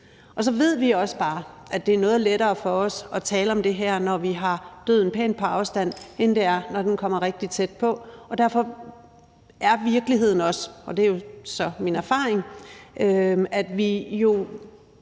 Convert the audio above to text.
Og så ved vi også bare, at det er noget lettere for os at tale om det her, når vi har døden pænt på afstand, end det er, når den kommer rigtig tæt på, og derfor er virkeligheden også – og det er så min erfaring – at